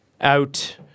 out